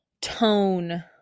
tone